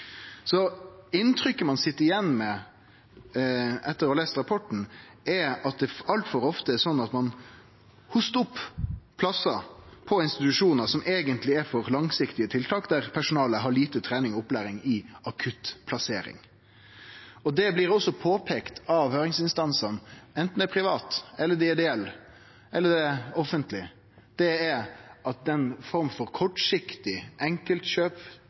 Inntrykket ein sit igjen med etter å ha lese rapporten, er at det altfor ofte er slik at ein hostar opp plassar på institusjonar som eigentleg er for langsiktige tiltak, der personalet har lite trening og opplæring i akuttplassering. Det blir også påpeika av høyringsinstansane, anten det er private eller ideelle eller offentlege, at den forma for kortsiktig enkeltkjøpsinngang til desse problemstillingane er eit stort problem, og det